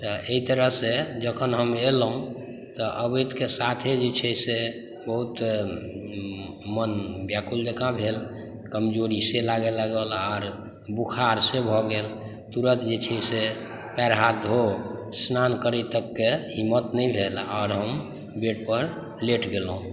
तऽ एहि तरहसँ जखन हम एलहुँ तऽ अबैतक साथे जे छै से बहुत मोन व्याकुल जेकाॅं भेल कमजोरीसे लागय लागल आर बुख़ार से भऽ गेल तुरंत जे छै से पैर हाथ धो स्नान करय तकके हिम्मत नहि भेल आओर हम बेड पर लेट गेलहुँ